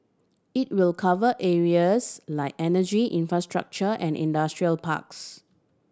it will cover areas like energy infrastructure and industrial parks